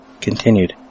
Continued